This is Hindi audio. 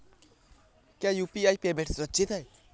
क्या यू.पी.आई पेमेंट सुरक्षित है?